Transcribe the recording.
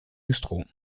güstrow